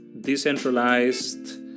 decentralized